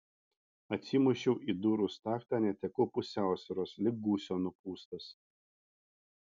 atsimušiau į durų staktą netekau pusiausvyros lyg gūsio nupūstas